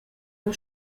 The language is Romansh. jeu